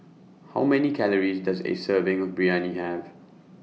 How Many Calories Does A Serving of Biryani Have